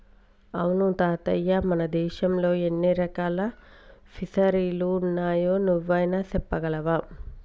అవును తాతయ్య మన దేశంలో ఎన్ని రకాల ఫిసరీలున్నాయో నువ్వైనా సెప్పగలవా